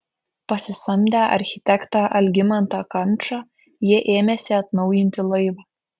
pasisamdę architektą algimantą kančą jie ėmėsi atnaujinti laivą